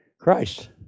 Christ